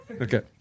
Okay